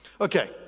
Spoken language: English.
Okay